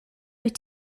wyt